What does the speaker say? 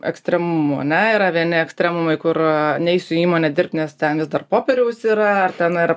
ekstremumų ane yra vieni ekstremumai kur neisiu į įmone dirbt nes ten vis dar popieriaus yra ar ten ar